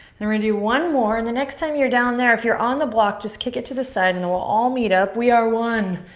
now we're gonna do one more. and the next time you're down there, if you're on the block, just kick it to the side and we'll all meet up. we are one.